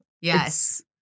Yes